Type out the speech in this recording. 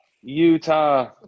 Utah